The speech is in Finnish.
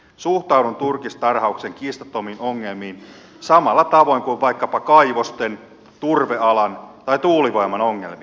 suhtaudun turkistarhauksen kiistattomiin ongelmiin samalla tavoin kuin vaikkapa kaivosten turvealan tai tuulivoiman ongelmiin